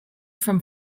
from